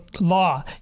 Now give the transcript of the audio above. law